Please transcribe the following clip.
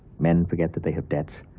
men forget that they have debts.